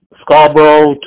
Scarborough